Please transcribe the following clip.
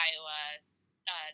Iowa